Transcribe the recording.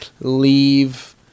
leave